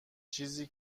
چیزی